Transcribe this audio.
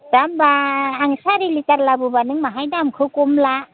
दा होनबा आं सारि लिटार लाबोबा नों बाहाय दामखौ खम ला